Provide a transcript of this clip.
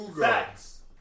facts